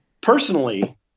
personally